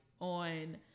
on